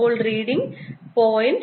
അപ്പോൾ റീഡിങ് 0